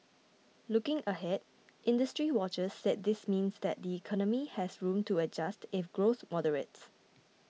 looking ahead industry watchers said this means that the economy has room to adjust if growth moderates